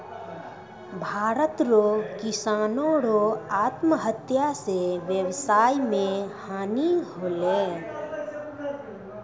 भारत रो किसानो रो आत्महत्या से वेवसाय मे हानी होलै